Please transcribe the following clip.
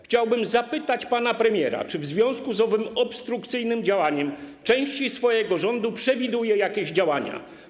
Chciałbym zapytać pana premiera: Czy w związku z owym obstrukcyjnym działaniem części swojego rządu przewiduje pan jakieś działania?